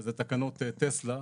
שזה תקנות טסלה.